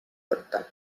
võtta